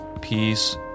peace